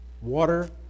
water